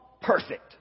perfect